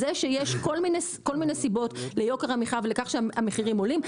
זה שיש כל מיני סיבות ליוקר המחיה ולכך שהמחירים עולים,